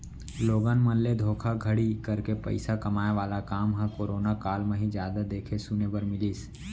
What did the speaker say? लोगन मन ले धोखाघड़ी करके पइसा कमाए वाला काम ह करोना काल म ही जादा देखे सुने बर मिलिस